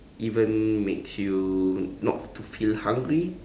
even makes you not to feel hungry